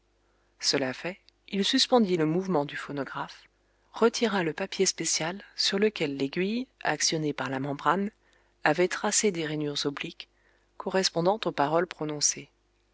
cela fait il suspendit le mouvement du phonographe retira le papier spécial sur lequel l'aiguille actionnée par la membrane avait tracé des rainures obliques correspondant aux paroles prononcées